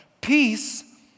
Peace